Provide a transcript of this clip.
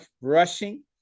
Rushing